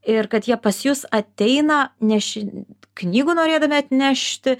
ir kad jie pas jus ateina neši knygų norėdami atnešti